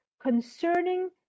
concerning